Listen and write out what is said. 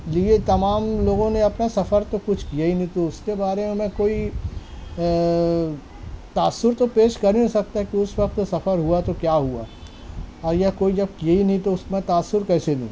لیے تمام لوگوں نے اپنا سفر تو کچھ کیا ہی نہیں تو اس کے بارے میں میں کوئی تأثر تو پیش کر نہیں سکتا کہ اس وقت سفر ہوا تو کیا ہوا اور یا کوئی جب کیے ہی نہیں تو اس میں تأثر کیسے دوں